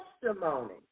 testimony